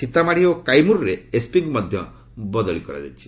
ସୀତାମାଢ଼ି ଓ କାଇମୁରରେ ଏସ୍ପିଙ୍କୁ ମଧ୍ୟ ବଦଳି କରାଯାଇଛି